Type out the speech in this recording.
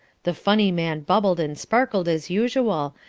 the funny man bubbled and sparkled as usual,